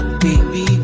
baby